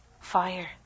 Fire